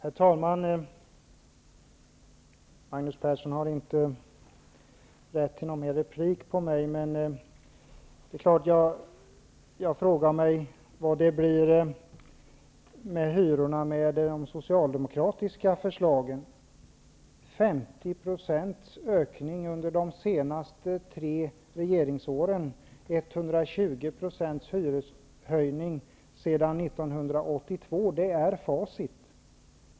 Herr talman! Magnus Persson har inte rätt till någon mer replik i vårt replikskifte, men jag frågar mig hur det blir med hyrorna om de socialdemokratiska förslagen genomförs. 50 % hyreshöjning sedan 1982 är facit.